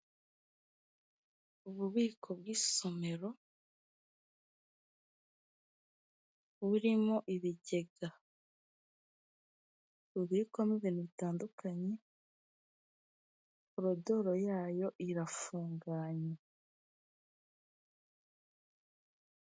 Ububiko bw'isomero, burimo ibigega bibikwamo ibintu bitandukanye, korodoro yayo irafunganye.